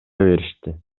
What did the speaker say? беришти